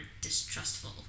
distrustful